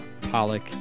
Pollock